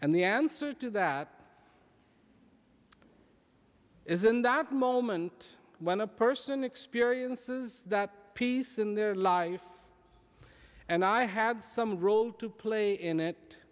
and the answer to that isn't that moment when a person experiences that piece in their life and i had some role to play in it